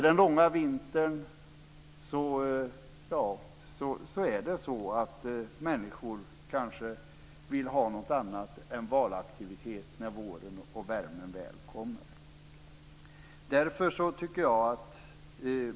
Den långa vintern gör att människor kanske vill ha något annat än valaktivitet när våren och värmen väl kommer.